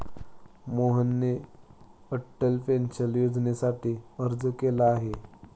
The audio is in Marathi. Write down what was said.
मोहनने अटल पेन्शन योजनेसाठी अर्ज केलेला आहे